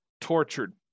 tortured